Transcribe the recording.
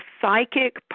psychic